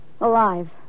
Alive